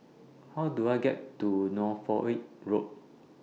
How Do I get to Norfolk Road